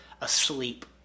asleep